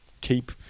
keep